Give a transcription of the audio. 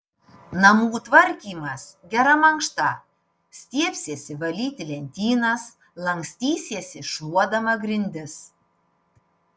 namų tvarkymas gera mankšta stiebsiesi valyti lentynas lankstysiesi šluodama grindis